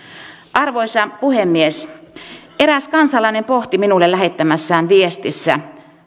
arvoisa puhemies eräs kansalainen pohti minulle lähettämässään viestissä